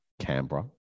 Canberra